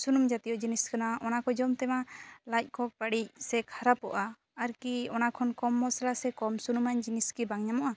ᱥᱩᱱᱩᱢ ᱡᱟᱹᱛᱤᱭᱚ ᱡᱤᱱᱤᱥ ᱠᱟᱱᱟ ᱚᱱᱟ ᱠᱚ ᱡᱚᱢ ᱛᱮᱢᱟ ᱞᱟᱡ ᱠᱚ ᱵᱟᱹᱲᱤᱡ ᱥᱮ ᱠᱷᱟᱨᱟᱯᱚᱜᱼᱟ ᱟᱨᱠᱤ ᱚᱱᱟ ᱠᱷᱚᱱ ᱠᱚᱢ ᱢᱚᱥᱞᱟ ᱥᱮ ᱠᱚᱢ ᱥᱩᱱᱩᱢᱟᱱ ᱡᱤᱱᱤᱥ ᱠᱤ ᱵᱟᱝ ᱧᱟᱢᱚᱜᱼᱟ